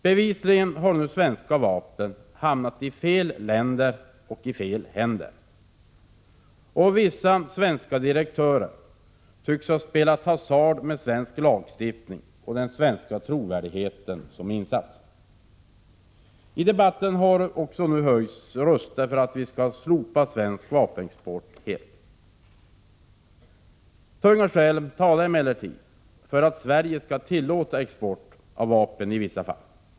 Bevisligen har nu svenska vapen hamnat i fel länder och fel händer. Vissa svenska direktörer tycks ha spelat hasard med den svenska lagstiftningen och den svenska trovärdigheten som insats. I debatten har nu också höjts röster för att vi helt skall slopa svensk vapenexport. Tunga skäl talar emellertid för att Sverige skall tillåta export av vapen i vissa fall.